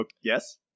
Yes